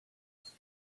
else